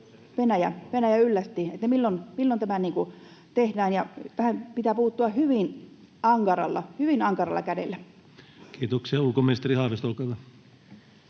Venäjä yllätti. Milloin tämä tehdään? Tähän pitää puuttua hyvin ankaralla, hyvin ankaralla kädellä. Kiitoksia. — Ulkoministeri Haavisto, olkaa hyvä.